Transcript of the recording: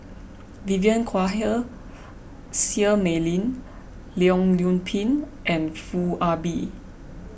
Vivien Quahe Seah Mei Lin Leong Yoon Pin and Foo Ah Bee